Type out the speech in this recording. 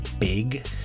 big